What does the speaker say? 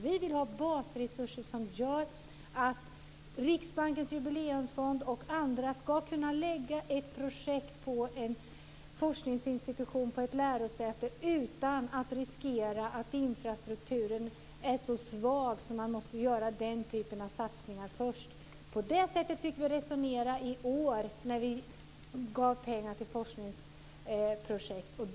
Vi vill ha basresurser som gör att Riksbankens Jubileumsfond och andra ska kunna lägga ett projekt på en forskningsinstitution eller ett lärosäte utan att riskera att infrastrukturen är så svag att man måste göra den typen av satsningar först. På det sättet fick vi resonera i år, när vi gav pengar till forskningsprojekt.